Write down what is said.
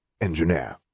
engineer